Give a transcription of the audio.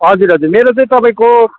हजुर हजुर मेरो चाहिँ तपाईँको